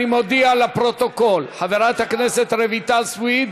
אני מודיע לפרוטוקול שחברת הכנסת רויטל סויד